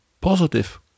positive